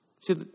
See